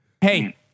Hey